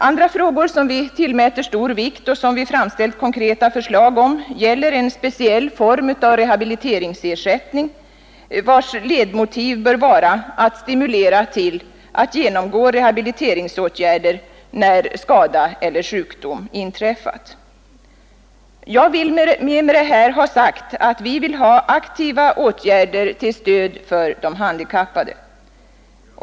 Andra frågor som vi tillmäter stor vikt och som vi framlagt konkreta förslag om gäller en speciell form av rehabiliteringsersättning, vars ledmotiv bör vara att stimulera till att genomgå rehabiliteringsåtgärder när skada eller sjukdom inträffar. Jag vill med detta ha sagt att vi vill ha aktiva åtgärder till stöd för de handikappade.